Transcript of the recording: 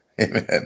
Amen